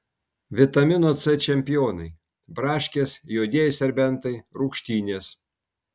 vitamino c čempionai braškės juodieji serbentai rūgštynės